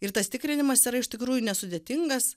ir tas tikrinimas yra iš tikrųjų nesudėtingas